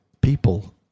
people